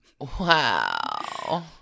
wow